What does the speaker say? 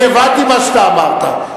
אני הבנתי מה שאתה אמרת.